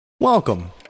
Welcome